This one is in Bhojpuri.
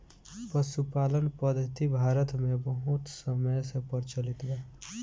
पशुपालन पद्धति भारत मे बहुत समय से प्रचलित बा